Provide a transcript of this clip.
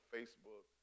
Facebook